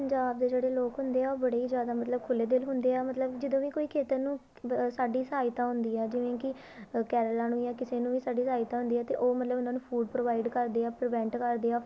ਪੰਜਾਬ ਦੇ ਜਿਹੜੇ ਲੋਕ ਹੁੰਦੇ ਆ ਉਹ ਬੜੇ ਹੀ ਜ਼ਿਆਦਾ ਮਤਲਬ ਖੁੱਲ੍ਹੇ ਦਿਲ ਹੁੰਦੇ ਆ ਮਤਲਬ ਜਦੋਂ ਵੀ ਕੋਈ ਖੇਤਰ ਨੂੰ ਸਾਡੀ ਸਹਾਇਤਾ ਹੁੰਦੀ ਆ ਜਿਵੇਂ ਕਿ ਅ ਕੇਰਲਾ ਨੂੰ ਜਾਂ ਕਿਸੇ ਨੂੰ ਵੀ ਸਾਡੀ ਸਹਾਇਤਾ ਹੁੰਦੀ ਹੈ ਤਾਂ ਉਹ ਮਤਲਬ ਉਹਨਾਂ ਨੂੰ ਫੂਡ ਪ੍ਰੋਵਾਈਡ ਕਰਦੀ ਆ ਪ੍ਰੀਵੈਂਟ ਕਰਦੀ ਆ